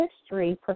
history